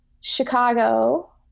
Chicago